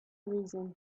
reason